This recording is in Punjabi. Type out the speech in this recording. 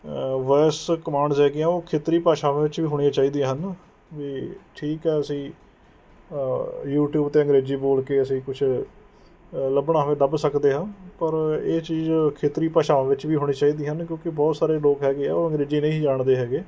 ਵਾਇਸ ਕਮਾਂਡਸ ਹੈਗੀਆਂ ਉਹ ਖੇਤਰੀ ਭਾਸ਼ਾਵਾਂ ਵਿੱਚ ਵੀ ਹੋਣੀਆਂ ਚਾਹੀਦੀਆਂ ਹਨ ਵੀ ਠੀਕ ਹੈ ਅਸੀਂ ਯੂਟਿਊਬ 'ਤੇ ਅੰਗਰੇਜ਼ੀ ਬੋਲ ਕੇ ਅਸੀਂ ਕੁਛ ਲੱਭਣਾ ਹੋਵੇ ਲੱਭ ਸਕਦੇ ਹਾਂ ਪਰ ਇਹ ਚੀਜ਼ ਖੇਤਰੀ ਭਾਸ਼ਾਵਾਂ ਵਿੱਚ ਵੀ ਹੋਣੀ ਚਾਹੀਦੀਆਂ ਹਨ ਕਿਉਂਕਿ ਬਹੁਤ ਸਾਰੇ ਲੋਕ ਹੈਗੇ ਆ ਉਹ ਅੰਗਰੇਜ਼ੀ ਨਹੀਂ ਜਾਣਦੇ ਹੈਗੇ